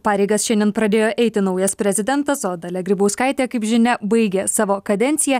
pareigas šiandien pradėjo eiti naujas prezidentas o dalia grybauskaitė kaip žinia baigia savo kadenciją